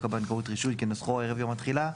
הבנקאות (רישוי) כנוסחו ערב יום התחילה,